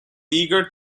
eager